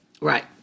Right